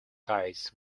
guides